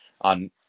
on